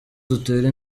dutera